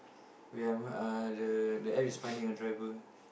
wait ah uh the App is finding a driver